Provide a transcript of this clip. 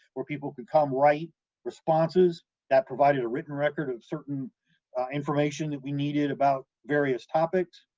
where people could come write responses that provided a written record of certain information that we needed about various topics,